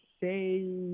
say